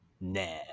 nah